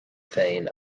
féin